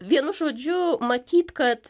vienu žodžiu matyt kad